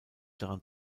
daran